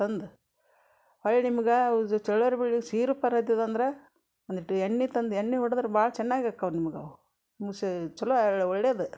ತಂದು ಒಳ್ ನಿಮ್ಗೆ ಚಳ್ಳವ್ರೆ ಬಳ್ಳಿ ಸೀರು ಪಾರು ಆಗ್ತದಂದ್ರೆ ಒಂದಿಷ್ಟು ಎಣ್ಣೆ ತಂದು ಎಣ್ಣೆ ಹೊಡ್ದರೆ ಭಾಳ ಚೆನ್ನಾಗಿ ಆಕವ್ ನಿಮ್ಗೆ ಅವು ನಿಮ್ಗೆ ಸೆ ಚಲೋ ಒಳ್ಳೆದು